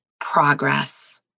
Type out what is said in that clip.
progress